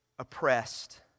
oppressed